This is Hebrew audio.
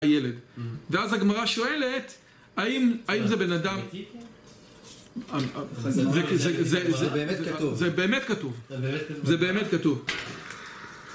ואז הגמרא שואלת, האם זה בן אדם? זה באמת כתוב. זה באמת כתוב.זה באמת כתוב...